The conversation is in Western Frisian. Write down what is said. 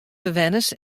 bewenners